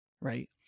right